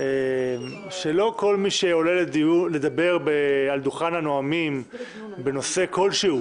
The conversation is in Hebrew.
שלא כל מי שעולה לדבר על דוכן הנואמים בנושא כלשהו